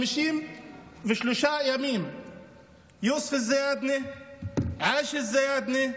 53 ימים יוסף זיאדנה, עאישה זיאדנה,